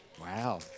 Wow